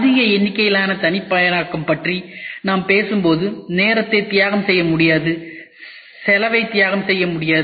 அதிக எண்ணிக்கையிலான தனிப்பயனாக்கம் பற்றி நாம் பேசும்போது நேரத்தை தியாகம் செய்ய முடியாது செலவை தியாகம் செய்ய முடியாது